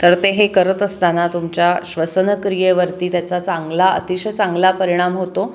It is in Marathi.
तर ते हे करत असताना तुमच्या श्वसनक्रियेवरती त्याचा चांगला अतिशय चांगला परिणाम होतो